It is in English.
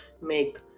make